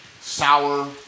sour